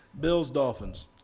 Bills-Dolphins